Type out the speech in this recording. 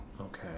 Okay